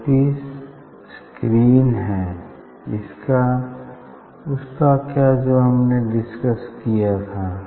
आई piece screen है उसका क्या जो हमने डिस्कस किया था